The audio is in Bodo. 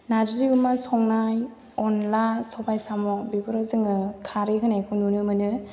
नारजि अमा संनाय अनला सबाय साम' बेफोराव जोङो खारै होनायखौ नुनो मोनो